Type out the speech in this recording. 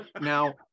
now